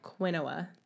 quinoa